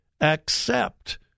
accept